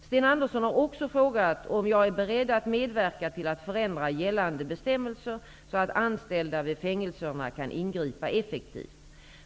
Sten Andersson har också frågat om jag är beredd att medverka till att förändra gällande bestämmelser så att anställda vid fängelserna kan ingripa effektivt.